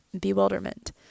bewilderment